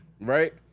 Right